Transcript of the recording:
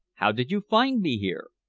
how did you find me here?